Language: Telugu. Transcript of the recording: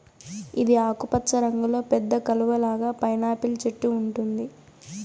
ఇది ఆకుపచ్చ రంగులో పెద్ద కలువ లాగా పైనాపిల్ చెట్టు ఉంటుంది